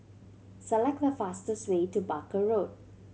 select the fastest way to Barker Road